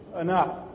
enough